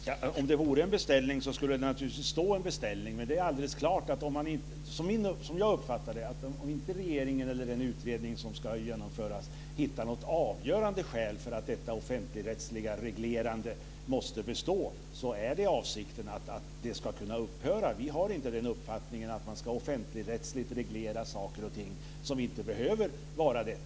Herr talman! Om det vore en beställning skulle det naturligtvis stå att det är en beställning. Det är alldeles klart - som jag uppfattar det - att om inte regeringen eller den utredning som ska genomföras hittar ett avgörande skäl för att detta offentligrättsliga reglerande måste bestå, är det avsikten att det ska upphöra. Vi har inte uppfattningen att man ska offentligrättsligt reglera saker och ting som inte behöver vara så.